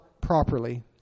properly